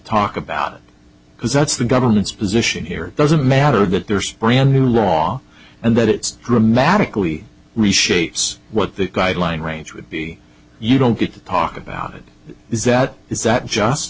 talk about it because that's the government's position here doesn't matter that there's brand new law and that it's dramatically reshapes what the guideline range would be you don't get to talk about it is that is that just